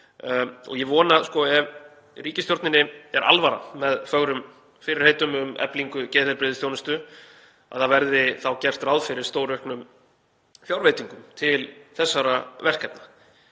Ég vona að ef ríkisstjórninni sé alvara með fögrum fyrirheitum um eflingu geðheilbrigðisþjónustu verði gert ráð fyrir stórauknum fjárveitingum til þessara verkefna.